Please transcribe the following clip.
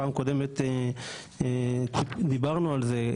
פעם קודמת דיברנו על זה,